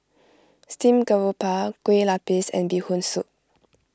Steamed Garoupa Kueh Lapis and Bee Hoon Soup